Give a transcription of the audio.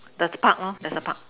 the Park lor there's a Park